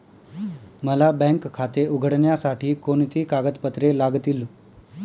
मला बँक खाते उघडण्यासाठी कोणती कागदपत्रे लागतील?